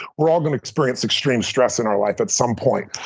we're all going to experience extreme stress in our life at some point.